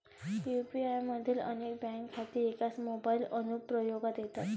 UPI मधील अनेक bank खाती एकाच मोबाइल अनुप्रयोगात येतात